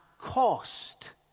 cost